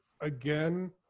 again